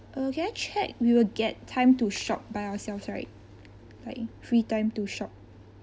uh can I check we will get time to shop by ourselves right like free time to shop